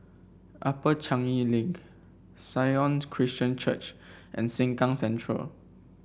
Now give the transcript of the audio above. Upper Changi Link Sion Christian Church and Sengkang Central